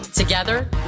Together